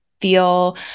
feel